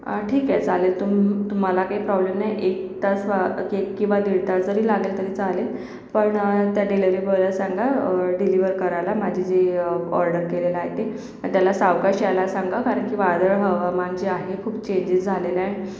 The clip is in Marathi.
ठीक आहे चालेल तुम मला काही प्रॉब्लेम नाही एक तास एक किंवा दीड तास जरी लागेल तरी चालेल पण त्या डिलिव्हरी बॉयला सांगा डिलिव्हर करायला माझी जी ऑर्डर केलेलं आहे ते त्याला सावकाश यायला सांगा कारण की वादळ हवामान जे आहे खूप चेंजेस झालेलं आहे